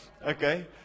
Okay